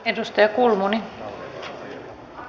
arvoisa rouva puhemies